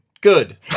good